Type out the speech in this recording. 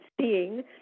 seeing